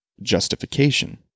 Justification